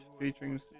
featuring